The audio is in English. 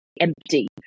empty